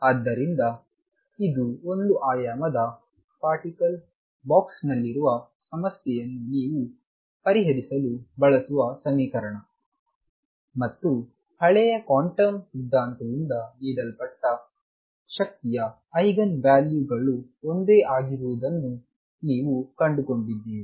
ಆದ್ದರಿಂದ ಇದು ಒಂದು ಆಯಾಮದ ಪಾರ್ಟಿಕಲ್ ಬಾಕ್ಸ್ ನಲ್ಲಿರುವ ಸಮಸ್ಯೆಯಯನ್ನು ನೀವು ಪರಿಹರಿಸಲು ಬಳಸುವ ಸಮೀಕರಣ ಮತ್ತು ಹಳೆಯ ಕ್ವಾಂಟಮ್ ಸಿದ್ಧಾಂತದಿಂದ ನೀಡಲ್ಪಟ್ಟ ಶಕ್ತಿಯ ಐಗನ್ ವ್ಯಾಲ್ಯೂ ಗಳು ಒಂದೇ ಆಗಿರುವುದನ್ನು ನೀವು ಕಂಡುಕೊಂಡಿದ್ದೀರಿ